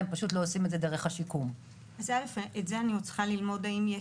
כי הם פשוט לא עושים את זה דרך השיקום.